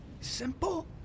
Simple